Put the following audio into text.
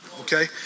okay